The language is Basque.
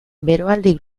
beroaldi